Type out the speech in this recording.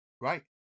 Right